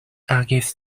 agis